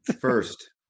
first